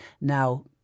now